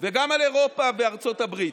וגם על אירופה וארצות הברית.